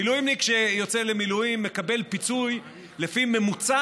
מילואימניק שיוצא למילואים מקבל פיצוי לפי ממוצע,